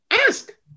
ask